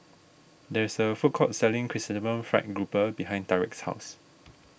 there is a food court selling Chrysanthemum Fried Grouper behind Tariq's house